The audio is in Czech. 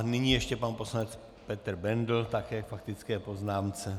Nyní ještě pan poslanec Petr Bendl, také k faktické poznámce.